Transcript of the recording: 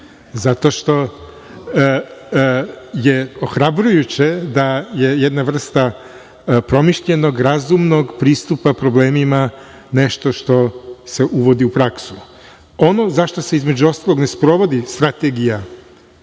zato što je ohrabrujuće da je jedna vrsta promišljenog, razumnog pristupa problemima nešto što se uvodi u praksu. Ono zašta se, između ostalog, ne sprovodi strategija